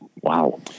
Wow